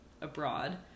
abroad